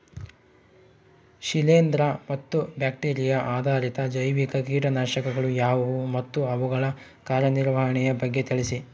ಶಿಲೇಂದ್ರ ಮತ್ತು ಬ್ಯಾಕ್ಟಿರಿಯಾ ಆಧಾರಿತ ಜೈವಿಕ ಕೇಟನಾಶಕಗಳು ಯಾವುವು ಮತ್ತು ಅವುಗಳ ಕಾರ್ಯನಿರ್ವಹಣೆಯ ಬಗ್ಗೆ ತಿಳಿಸಿ?